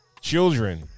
children